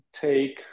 take